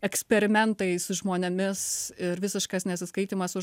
eksperimentai su žmonėmis ir visiškas nesiskaitymas su